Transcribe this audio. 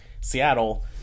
Seattle